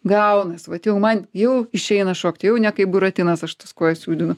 gaunas vat jau man jau išeina šokt jau ne kaip buratinas aš tas kojas judinu